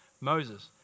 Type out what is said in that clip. Moses